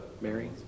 Mary